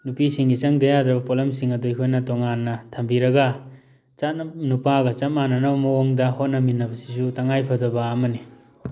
ꯅꯨꯄꯤꯁꯤꯡꯒꯤ ꯆꯪꯗꯕ ꯌꯥꯗ꯭ꯔꯕ ꯄꯣꯠꯂꯝꯁꯤꯡ ꯑꯗꯨ ꯑꯩꯈꯣꯏꯅ ꯇꯣꯉꯥꯟꯅ ꯊꯝꯕꯤꯔꯒ ꯆꯥꯅꯞ ꯅꯨꯄꯥꯒ ꯆꯞ ꯃꯥꯟꯅꯅꯕ ꯃꯑꯣꯡꯗ ꯍꯣꯠꯅꯃꯤꯟꯅꯕꯁꯤꯁꯨ ꯇꯉꯥꯏꯐꯗꯕ ꯑꯃꯅꯤ